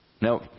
Now